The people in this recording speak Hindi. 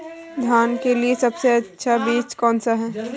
धान के लिए सबसे अच्छा बीज कौन सा है?